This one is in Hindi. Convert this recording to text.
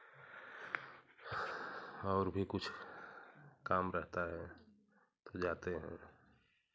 और भी कुछ काम रहता है तो जाते हैं